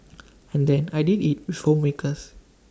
and then I did IT with homemakers